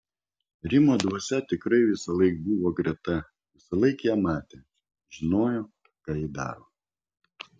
rimo dvasia tikrai visąlaik buvo greta visąlaik ją matė žinojo ką ji daro